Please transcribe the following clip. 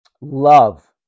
Love